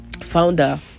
founder